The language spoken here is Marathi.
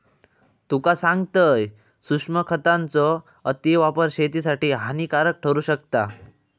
तुका सांगतंय, सूक्ष्म खतांचो अतिवापर शेतीसाठी हानिकारक ठरू शकता